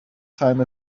time